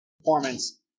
performance